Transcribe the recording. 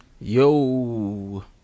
Yo